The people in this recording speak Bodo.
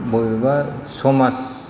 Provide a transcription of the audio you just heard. बबेबा समाज